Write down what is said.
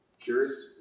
curious